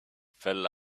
fell